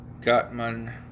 Gutman